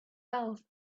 wealth